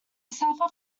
suffer